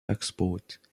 export